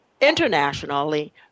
internationally